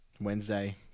Wednesday